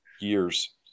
years